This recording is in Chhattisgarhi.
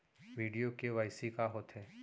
वीडियो के.वाई.सी का होथे